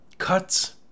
cuts